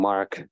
Mark